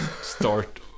start